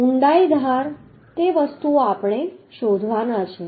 ઊંડાઈ ધાર તે વસ્તુઓ આપણે શોધવાના છે